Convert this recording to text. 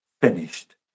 finished